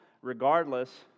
regardless